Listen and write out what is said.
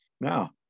Now